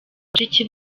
bashiki